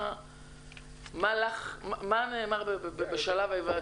מה נאמר בשלב ההיוועצות?